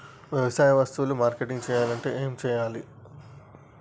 వ్యవసాయ వస్తువులు మార్కెటింగ్ చెయ్యాలంటే ఏం చెయ్యాలే?